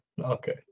okay